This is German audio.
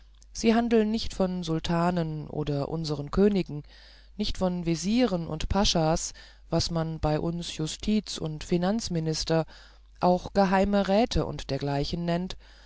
sie handeln nicht von sultanen oder unseren königen nicht von vezieren und paschas was man bei uns justiz und finanzminister auch geheimeräte und dergleichen nennt